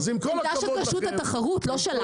אז עם כל הכבוד לכם -- עמדה של רשות התחרות לא שלנו.